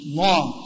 more